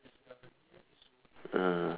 mm